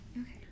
Okay